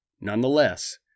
Nonetheless